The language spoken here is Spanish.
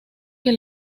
que